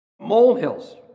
molehills